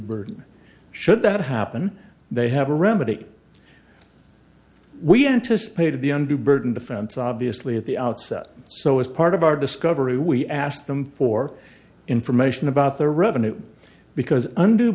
burden should that happen they have a remedy we anticipated the undue burden defense obviously at the outset so as part of our discovery we asked them for information about the revenue because und